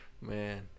Man